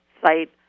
site